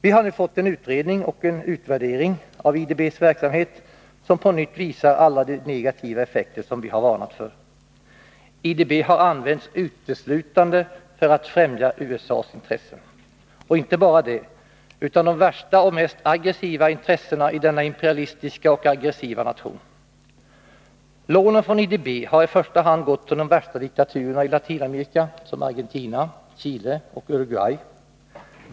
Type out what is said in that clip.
Vi har nu fått en utredning och en utvärdering av IDB:s verksamhet, som på nytt visar alla de negativa effekter som vi har varnat för. IDB har använts uteslutande för att främja USA:s intressen. Och inte bara det, utan de värsta och mest aggressiva intressena i denna imperialistiska och aggressiva nation. Lånen från IDB har i första hand gått till de värsta diktaturerna i Latinamerika, som Argentina, Chile och Uruguay.